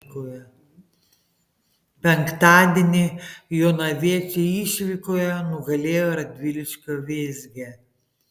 penktadienį jonaviečiai išvykoje nugalėjo radviliškio vėzgę